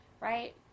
right